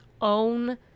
own